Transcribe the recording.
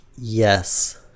Yes